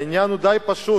העניין הוא די פשוט.